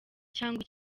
cyangwa